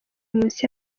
munsi